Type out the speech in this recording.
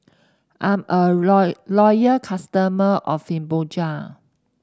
I'm a loyal customer of Fibogel